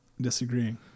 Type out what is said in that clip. disagreeing